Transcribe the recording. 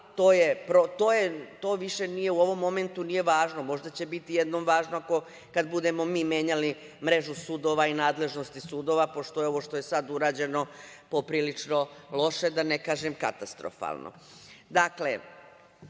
to više u ovom momentu nije važno. Možda će biti jednom važno kada mi budemo menjali mrežu sudova i nadležnosti sudova, pošto je ovo što je sada urađeno poprilično loše, da ne kažem katastrofalno.